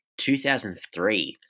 2003